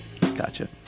Gotcha